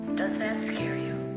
does that scare you